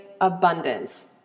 abundance